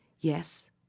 Yes